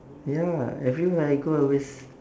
ya everywhere I go I always